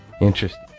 Interesting